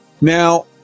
now